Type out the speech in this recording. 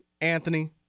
Anthony